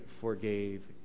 forgave